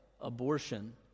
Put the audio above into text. Abortion